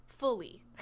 Fully